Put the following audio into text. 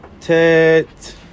Tet